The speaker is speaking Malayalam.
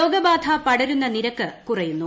രോഗബാധ പടരുന്ന നിരക്ക് കുറയുന്നു